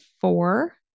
four